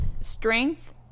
strength